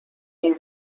این